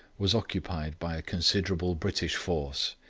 was occupied by a considerable british force,